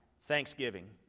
thanksgiving